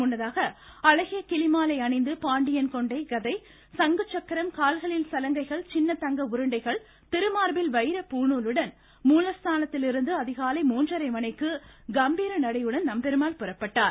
முன்னதாக அழகிய கிளிமாலை அணிந்து பாண்டியன் கொண்டை கதை சங்குசக்கரம் கால்களில் சலங்கைகள் சின்ன தங்க உருண்டைகள் திருமார்பில் வைர பூணூலுடன் மூலஸ்தானத்திலிருந்து அதிகாலை மூன்றரை மணிக்கு கம்பீர நடையுடன் நம்பெருமாள் புறப்பட்டார்